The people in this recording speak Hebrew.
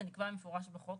זה נקבע במפורש בחוק,